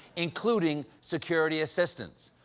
including security assistance.